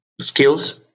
skills